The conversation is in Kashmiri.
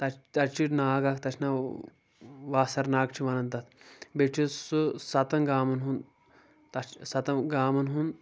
تتہِ چھُ ناگ اکھ تتھ چھُ ناو واسر ناگ چھُ ونان تتھ بیٚیہِ چھُ سُہ ستن گامن ہُنٛد تتھ چھِ ستن گامن ہُنٛد